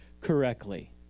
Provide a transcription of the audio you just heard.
correctly